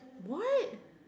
why